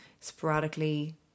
Sporadically